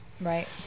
right